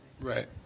right